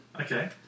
Okay